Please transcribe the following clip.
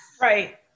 Right